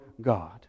God